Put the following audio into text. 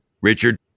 Richard